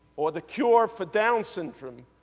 or the cure for down's syndrome,